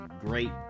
great